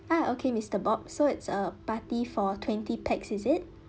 ah okay mister bob so it's a party for twenty pax is it